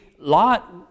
Lot